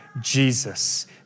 Jesus